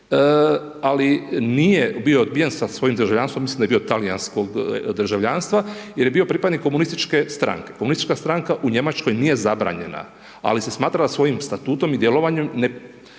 ali nije bio odbijen sa svojim državljanstvom, mislim da je bio talijanskog državljanstva, jer je bio pripadnik komunističke stranke. Komunistička stranka u Njemačkoj nije zabranjena, ali se je smatrala svojim statutom i djelovanjem, ne